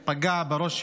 להתנגד לחוק?